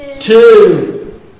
two